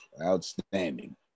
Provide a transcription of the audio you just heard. Outstanding